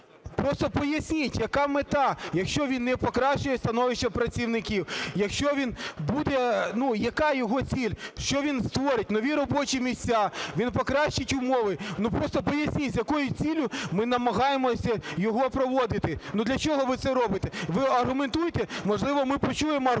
Просто поясніть, яка мета, якщо він не покращує становище працівників, якщо він буде... ну, яка його ціль? Що він створить нові робочі місця? Він покращить умови? Ну, просто поясніть, з якою ціллю ми намагаємося його проводити. Ну, для чого ви це робите? Ви аргументуйте, можливо, ми почуємо аргументацію